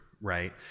right